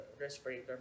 respirator